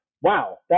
Wow